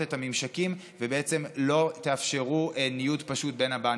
את הממשקים ובעצם לא תאפשרו ניוד בין הבנקים?